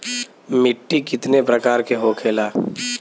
मिट्टी कितने प्रकार के होखेला?